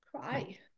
Cry